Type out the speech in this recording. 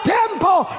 temple